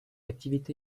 activité